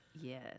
Yes